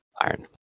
Iron